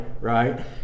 right